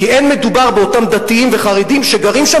כי אין מדובר באותם דתיים וחרדים שגרים שם,